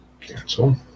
Cancel